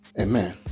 Amen